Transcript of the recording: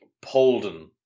Polden